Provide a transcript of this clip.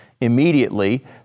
immediately